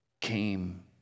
came